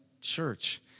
church